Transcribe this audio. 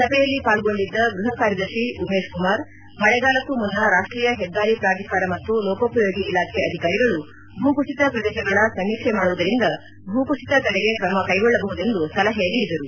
ಸಭೆಯಲ್ಲಿ ಪಾಲ್ಗೊಂಡಿದ್ದ ಗೃಹ ಕಾರ್ಯದರ್ಶಿ ಉಮೇಶ್ ಕುಮಾರ್ ಮಳೆಗಾಲಕ್ಕೂ ಮುನ್ನ ರಾಷ್ವೀಯ ಹೆದ್ದಾರಿ ಪ್ರಾಧಿಕಾರ ಮತ್ತು ಲೋಕೋಪಯೋಗಿ ಇಲಾಖೆ ಅಧಿಕಾರಿಗಳು ಭೂಕುಸಿತ ಪ್ರದೇಶಗಳ ಸಮೀಕ್ಷೆ ಮಾಡುವುದರಿಂದ ಭೂಕುಸಿತ ತಡೆಗೆ ಕ್ರಮಕ್ಕೆಗೊಳ್ಳಬಹುದೆಂದು ಸಲಹೆ ನೀಡಿದರು